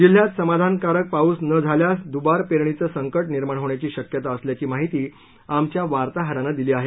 जिल्ह्यात समाधानकारक पाऊस न झाल्यास दुबार पेरणीचं संकट निर्माण होण्याची शक्यता असल्याची माहिती आमच्या वार्ताहरानं दिली आहे